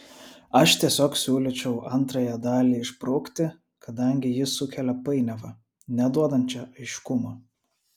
aš tiesiog siūlyčiau antrąją dalį išbraukti kadangi ji sukelia painiavą neduodančią aiškumo